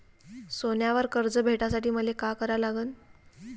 सोन्यावर कर्ज भेटासाठी मले का करा लागन?